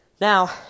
Now